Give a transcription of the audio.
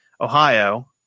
Ohio